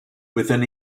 within